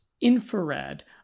infrared